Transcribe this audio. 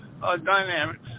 dynamics